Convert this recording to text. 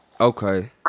okay